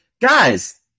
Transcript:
Guys